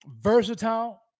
versatile